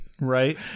Right